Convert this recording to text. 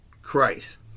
Christ